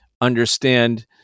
understand